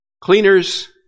cleaners